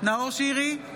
נאור שירי,